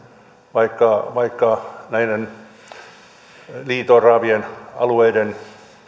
vaikka vaikka liito oravien alueiden